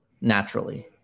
naturally